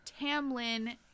Tamlin